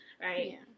right